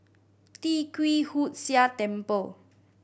Tee Kwee Hood Sia Temple